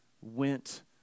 went